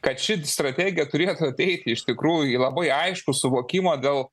kad ši strategija turėtų ateiti iš tikrųjų į labai aiškų suvokimą dėl